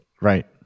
Right